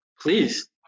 Please